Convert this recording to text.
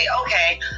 okay